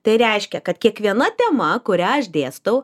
tai reiškia kad kiekviena tema kurią aš dėstau